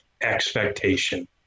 expectation